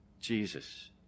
Jesus